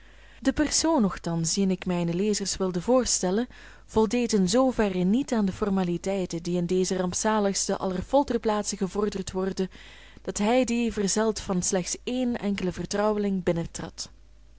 de persoon nochtans dien ik mijnen lezers wilde voorstellen voldeed in zoo verre niet aan de formaliteiten die in deze rampzaligste aller folterplaatsen gevorderd worden dat hij die verzeld van slechts een enkelen vertrouweling